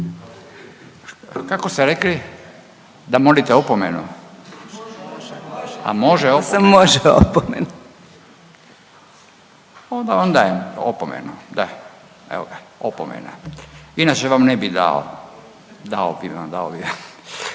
Kako ste rekli, da molite opomenu? A može opomena. …/Upadica Draženka Polović: Može opomena./… Onda vam dajem opomenu, da evo ga, opomena. Inače vam ne bi dao, dao bi vam, dao